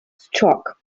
struck